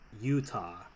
Utah